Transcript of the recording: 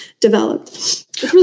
developed